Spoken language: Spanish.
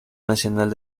nacional